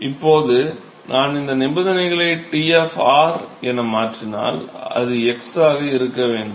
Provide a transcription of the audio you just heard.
இப்போது நான் இந்த எல்லை நிபந்தனைகளை T என மாற்றினால் அது x ஆக இருக்க வேண்டும்